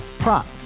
Prop